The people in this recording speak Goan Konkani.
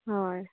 हय